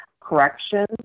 corrections